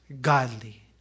godly